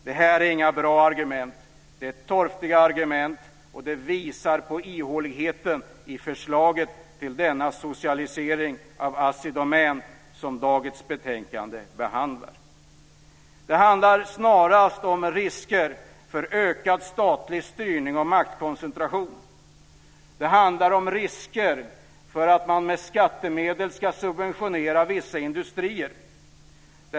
Det här är inga bra argument. Det är torftiga argument, och det visar på ihåligheten i förslaget till denna socialisering av Assi Domän som behandlas i dagens betänkande. Det handlar snarast om risker för ökad statlig styrning och maktkoncentration. Det handlar om risker för att man med skattemedel ska subventionera vissa industrier.